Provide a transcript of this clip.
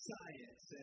Science